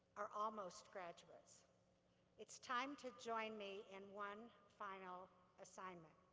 or almost graduates it's time to join me in one final assignment.